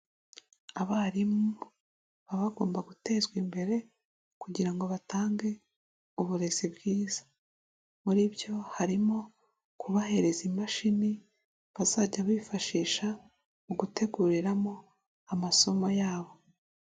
Abarimu baba bagomba gutezwa imbere kugira ngo batange uburezi bwiza, muri byo harimo kubahereza imashini bazajya bifashisha mu guteguriramo amasomo yabo.